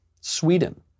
Sweden